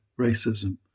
racism